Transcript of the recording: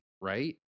right